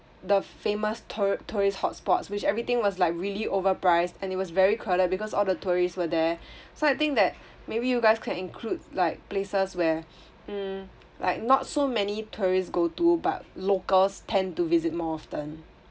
the famous tou~ tourist hot spots which everything was like really overpriced and it was very crowded because all the tourists were there so I think that maybe you guys can include like places where mm like not so many tourists go to but locals tend to visit more often